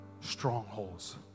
strongholds